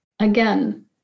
again